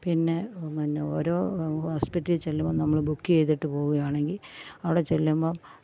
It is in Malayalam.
പിന്നെ പിന്നെ ഓരോ ഹോസ്പിറ്റലിൽ ചെല്ലുമ്പോൾ നമ്മൾ ബുക്ക് ചെയ്തിട്ട് പോവുകയാണെങ്കിൽ അവിടെ ചെല്ലുമ്പം